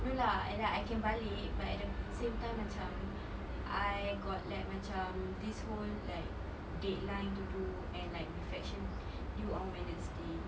no lah like I can balik but at the same time macam I got like macam this whole like deadline to do and like reflection due on wednesday